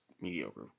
mediocre